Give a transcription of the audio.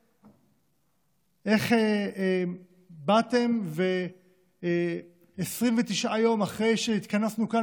איך באתם ו-29 יום אחרי שהתכנסנו כאן